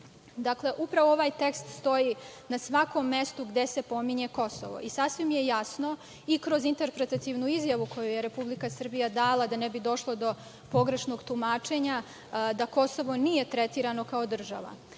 Kosova. Dakle, upravo ovaj tekst stoji na svakom mestu gde se pominje Kosovo. Sasvim je jasno, i kroz interpretativnu izjavu koju je Republika Srbija dala da ne bi došlo do pogrešnog tumačenja, da Kosovo nije tretirano kao država.